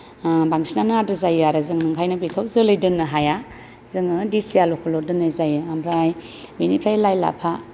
ओ बांसिनानो आद्रि जायो आरो जों ओंखायनो बेखौ जोलै दोन्नो हाया जोङो देसि आलुखौल' दोन्नाय जायो ओमफ्राय बेनिफ्राय लाइ लाफा